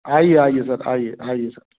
आइए आइए सर आइए आइए